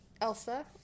Elsa